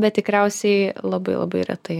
bet tikriausiai labai labai retai